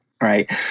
right